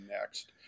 next